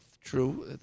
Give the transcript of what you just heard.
true